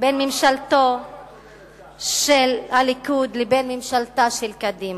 בין ממשלתו של הליכוד לבין ממשלתה של קדימה.